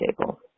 table